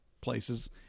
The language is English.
places